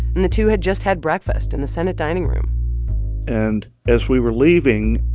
and the two had just had breakfast in the senate dining room and as we were leaving,